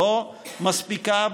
לא מספיקה,